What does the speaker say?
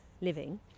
living